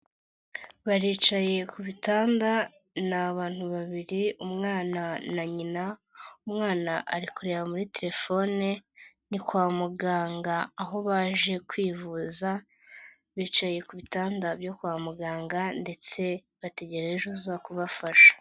Baricaye ku bitanda, ni abantu babiri umwana na nyina, umwana ari kureba muri telefone, ni kwa muganga aho baje kwivuza, bicaye ku bitanda byo kwa muganga ndetse bategere uza kubafasha.